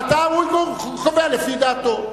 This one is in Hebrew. הוא קובע לפי דעתו.